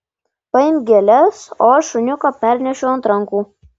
paimk gėles o aš šuniuką pernešiu ant rankų